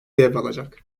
devralacak